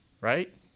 right